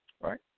right